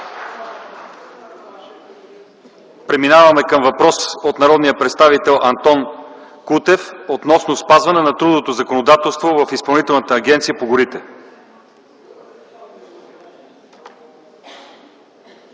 Преминаваме към въпрос от народния представител Антон Кутев относно спазване на трудовото законодателство в Изпълнителната агенция по горите.